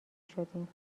شدیم